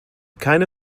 keine